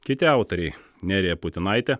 kiti autoriai nerija putinaitė